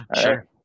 sure